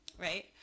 Right